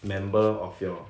member of your